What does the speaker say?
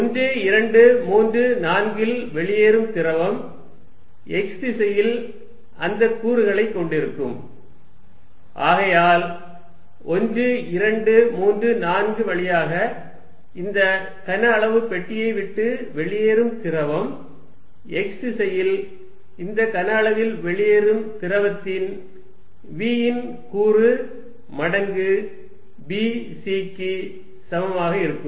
1234 இல் வெளியேறும் திரவம் x திசையில் அந்தக் கூறுகளைக் கொண்டிருக்கும் ஆகையால் 1 2 3 4 வழியாக இந்த கன அளவு பெட்டியை விட்டு வெளியேறும் திரவம் x திசையில் இந்த கன அளவில் வெளியேறும் திரவத்தின் v இன் கூறு மடங்கு b c க்கு சமமாக இருக்கும்